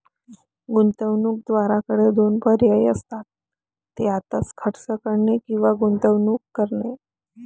गुंतवणूकदाराकडे दोन पर्याय असतात, ते आत्ताच खर्च करणे किंवा गुंतवणूक करणे